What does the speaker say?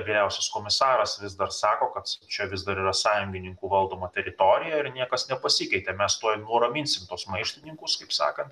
vyriausias komisaras vis dar sako kad čia vis dar yra sąjungininkų valdoma teritorija ir niekas nepasikeitė mes nuraminsim tuos maištininkus kaip sakant